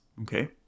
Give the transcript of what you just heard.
okay